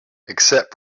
except